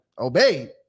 obey